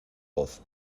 voz